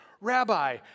Rabbi